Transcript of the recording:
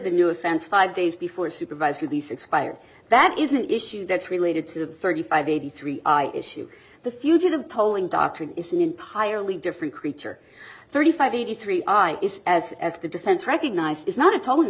the new offense five days before supervised release expired that is an issue that's related to the thirty five eighty three i issue the fugitive tolling doctrine is an entirely different creature thirty five eighty three i is as as the defense recognized is not a to